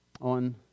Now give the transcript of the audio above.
On